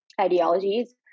ideologies